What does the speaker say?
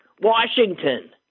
Washington